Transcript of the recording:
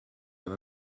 and